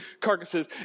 carcasses